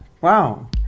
Wow